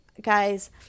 guys